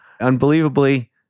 unbelievably